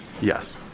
Yes